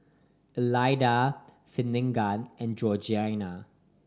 Elida Finnegan and Georgiana